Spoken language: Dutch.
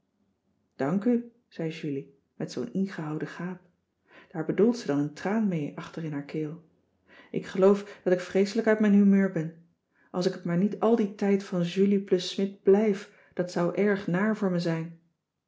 dank u zei julie met zoo'n ingehouden gaap daar bedoelt ze dan een traan mee achter in haar keel ik geloof dat ik vreeselijk uit mijn humeur ben als ik het maar niet al dien tijd van julie plus smidt blijf dat zou erg naar voor me zijn